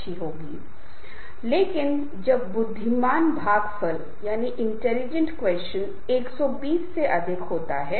इसलिए लोगों के स्वभाव व्यवहार ज्ञान के अनुभव के आधार पर यदि उन्हें किए जाने वाले उचित कार्य को सौंपा जाता है तो निश्चित रूप से यह बहुत प्रभावी होने वाला है